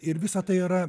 ir visa tai yra